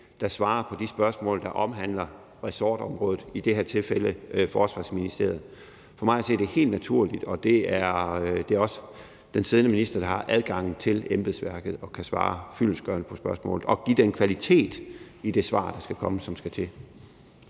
der svarer på de spørgsmål, der omhandler ressortområdet, i det her tilfælde Forsvarsministeriets; det er for mig at se helt naturligt. Det er også den siddende minister, der har adgang til embedsværket og kan svare fyldestgørende på spørgsmål – og give den kvalitet, der skal til, i de svar. Kl.